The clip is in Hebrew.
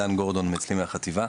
עידן גורדון אצלי מהחטיבה.